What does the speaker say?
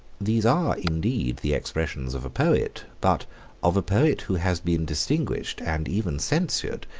these are indeed the expressions of a poet but of a poet who has been distinguished, and even censured,